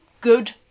good